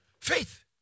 Faith